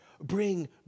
bring